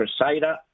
Crusader